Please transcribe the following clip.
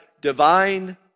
divine